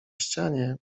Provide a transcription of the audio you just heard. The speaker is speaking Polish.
ścianie